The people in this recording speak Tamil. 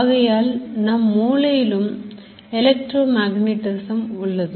ஆகையால் நம் மூளையில் எலக்ட்ரோ magnetism உள்ளது